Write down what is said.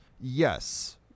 Yes